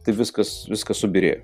tai viskas viskas subyrėjo